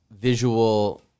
visual